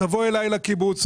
תבוא אליי לקיבוץ.